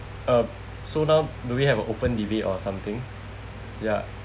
uh so now do we have a open debate or something ya